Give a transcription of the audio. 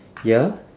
ya